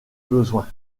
besoin